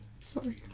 Sorry